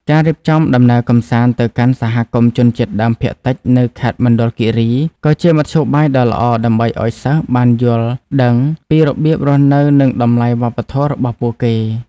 ការរៀបចំដំណើរកម្សាន្តទៅកាន់សហគមន៍ជនជាតិដើមភាគតិចនៅខេត្តមណ្ឌលគិរី ក៏ជាមធ្យោបាយដ៏ល្អដើម្បីឱ្យសិស្សបានយល់ដឹងពីរបៀបរស់នៅនិងតម្លៃវប្បធម៌របស់ពួកគេ។